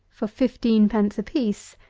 for fifteen pence a piece,